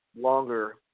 longer